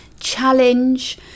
challenge